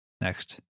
next